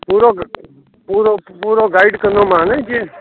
पूरो पूरो पूरो गाइड कंदोमांनि जीअं